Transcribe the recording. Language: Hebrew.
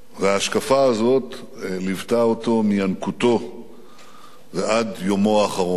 וההשקפה הזאת ליוותה אותו מינקותו ועד יומו האחרון.